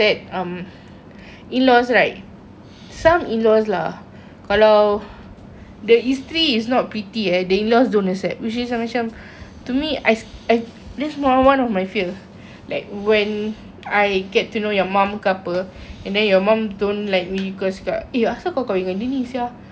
some in-laws lah kalau there is I is not pretty and the in-laws don't accept which is to me macam I I that's one of my fear like when I get to know your mum ke apa and then your mum don't like me akan cakap eh asal kau kahwin dengan dia ni sia eh sorry sorry I didn't your mum won't say like that